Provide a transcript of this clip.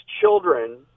children